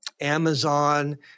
Amazon –